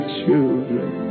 children